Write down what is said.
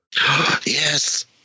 Yes